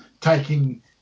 taking